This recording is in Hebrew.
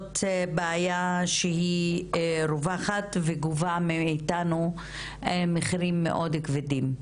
בעיה שהיא רווחת וגובה מאיתנו מחירים מאוד כבדים.